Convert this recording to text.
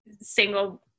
single